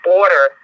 order